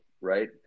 right